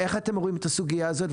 איך אתם רואים את הסוגייה הזאת,